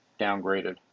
downgraded